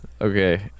okay